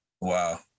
Wow